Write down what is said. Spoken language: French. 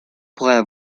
pourraient